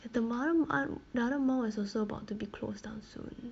and the m~ other one the other mall is also about to be closed down soon